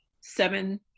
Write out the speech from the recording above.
seven